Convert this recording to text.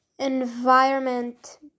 environment